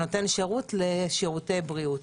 נותן שירות לשירותי בריאות.